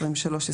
23,